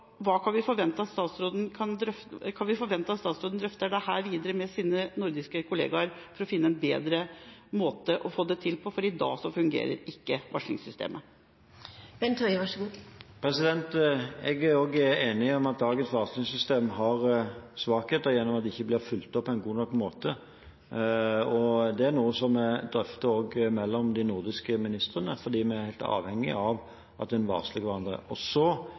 forvente at statsråden drøfter dette videre med sine nordiske kolleger for å finne en bedre måte å få det til på? I dag fungerer ikke varslingssystemet. Jeg er enig i at dagens varslingssystem har svakheter gjennom at det ikke blir fulgt opp på en god nok måte. Det er noe vi nordiske ministre drøfter, for vi er helt avhengige av at en varsler hverandre. Så vil jeg understreke, som jeg alltid gjør i denne type saker, at vi i helsetjenesten må gå vekk fra en oppfatning hos arbeidsgivere om at har en